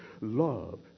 love